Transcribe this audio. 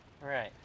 Right